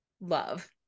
love